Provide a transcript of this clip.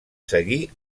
seguir